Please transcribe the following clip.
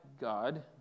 God